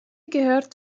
gehört